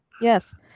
Yes